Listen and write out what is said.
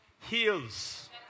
heals